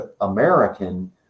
American